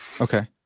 Okay